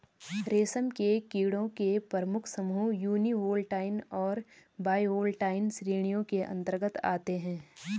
रेशम के कीड़ों के प्रमुख समूह यूनिवोल्टाइन और बाइवोल्टाइन श्रेणियों के अंतर्गत आते हैं